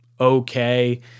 okay